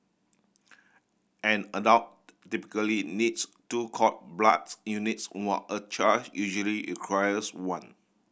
an adult typically needs two cord bloods units while a child usually requires one